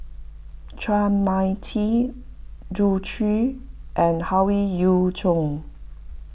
Chua Mia Tee Zhu Xu and Howe Yoon Chong